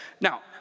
Now